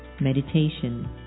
Meditation